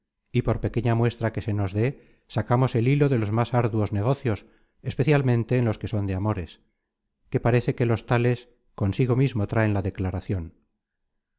y por pequeña muestra que se nos dé sacamos el hilo de los más arduos negocios especialmente en los que son de amores que parece que los tales consigo mismo traen la declaracion